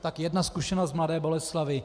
Tak jedna zkušenost z Mladé Boleslavi.